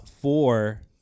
Four